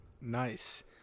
Nice